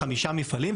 חמישה מפעלים,